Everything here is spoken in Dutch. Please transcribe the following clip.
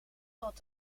tot